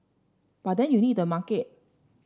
but then you need the market